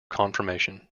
confirmation